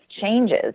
changes